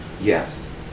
Yes